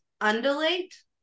undulate